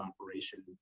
operation